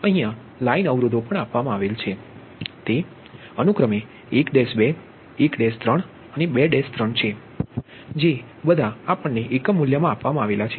અને લાઇન અવરોધો પણ આપવામાં આવેલ છે તે 1 2 1 3 અને 2 3 છે જે બધા એકમ મૂલ્યમાં આપવામાં આવે છે